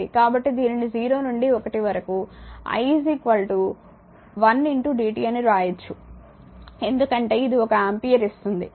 కాబట్టి దీనిని 0 నుండి 1 వరకు i 1 dt అని వ్రాయవచ్చు ఎందుకంటే ఇది ఒక ఆంపియర్ ఇస్తుంది